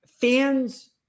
fans